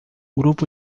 grupo